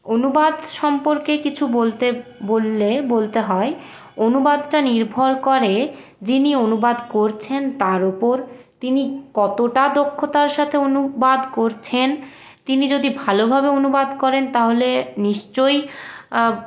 অনুবাদ সম্পর্কে কিছু বলতে বললে বলতে হয় অনুবাদটা নির্ভর করে যিনি অনুবাদ করছেন তার ওপর তিনি কতটা দক্ষতার সাথে অনুবাদ করছেন তিনি যদি ভালোভাবে অনুবাদ করেন তাহলে নিশ্চয়